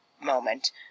moment